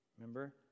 Remember